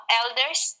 elders